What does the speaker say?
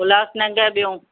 उल्हासनगर ॿियों